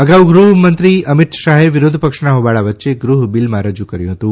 અગાઉ ગૃહ મંત્રી અમિત શાહે વિરોધપક્ષના હોબાળા વચ્ચે ગૃહમાં બિલ રજૂ કર્યું હતું